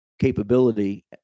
capability